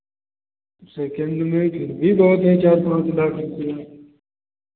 second में फिर भी बहुत है चार पाँच लाख रुपैया